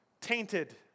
tainted